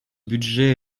budget